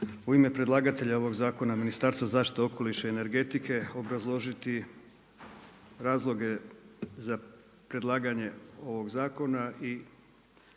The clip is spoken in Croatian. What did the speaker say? u ime predlagatelja ovog zakona Ministarstvo zaštite, okoliša i energetike obrazložiti razloge za predlaganje ovog zakona i